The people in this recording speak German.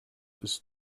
ist